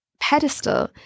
Pedestal